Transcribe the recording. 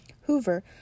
Hoover